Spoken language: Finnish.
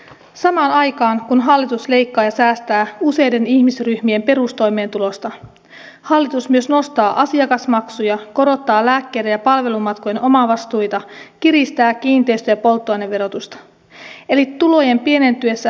samaan aikaan kun hallitus leikkaa ja säästää useiden ihmisryhmien perustoimeentulosta hallitus myös nostaa asiakasmaksuja korottaa lääkkeiden ja palvelumatkojen omavastuita kiristää kiinteistö ja polttoaineverotusta eli tulojen pienentyessä menotkin kasvavat